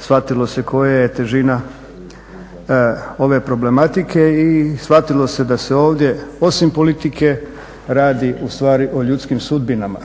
shvatilo se koja je težina ove problematike i shvatilo se da se ovdje osim politike radi ustvari o ljudskim sudbinama,